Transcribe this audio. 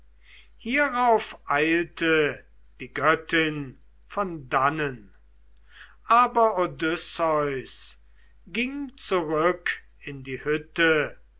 hierauf eilte die göttin von dannen aber odysseus ging zurück in die hütte